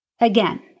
Again